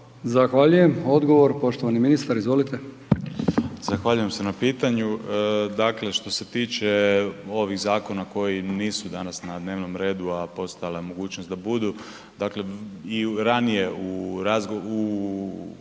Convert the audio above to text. Zahvaljujem. Odgovor, poštovani ministar, izvolite. **Aladrović, Josip** Zahvaljujem se na pitanju. Dakle što se tiče ovih zakona koji nisu danas na dnevnom redu a postojala je mogućnost da budu, dakle i u ranije u razgovoru,